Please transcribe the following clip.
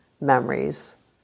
memories